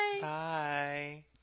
Bye